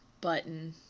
button